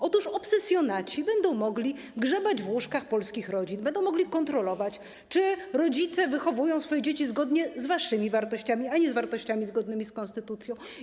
Otóż obsesjonaci będą mogli grzebać w łóżkach polskich rodzin, będą mogli kontrolować, czy rodzice wychowują swoje dzieci zgodnie z waszymi wartościami, a nie z wartościami zgodnymi z konstytucją.